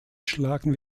schlagen